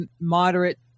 moderate